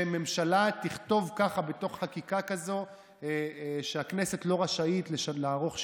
שממשלה תכתוב ככה בתוך חקיקה כזאת שהכנסת לא רשאית לערוך שינויים.